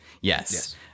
Yes